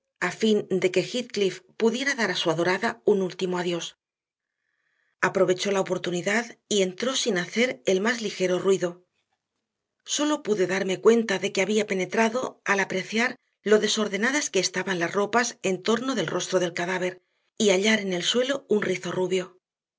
a fin de que heathcliff pudiera dar a su adorada un último adiós aprovechó la oportunidad y entró sin hacer el más ligero ruido sólo pude darme cuenta de que había penetrado al apreciar lo desordenadas que estaban las ropas en torno del rostro del cadáver y hallar en el suelo un rizo rubio